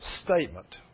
statement